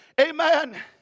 amen